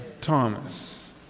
Thomas